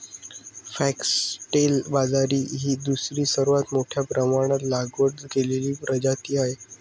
foxtail बाजरी ही दुसरी सर्वात मोठ्या प्रमाणात लागवड केलेली प्रजाती आहे